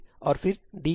और फिर D के लिए